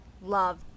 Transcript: love